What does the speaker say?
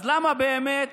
אז למה באמת